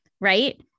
Right